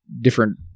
different